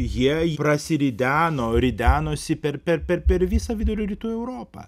jie prasirideno ridenosi per per per visą vidurio ir rytų europą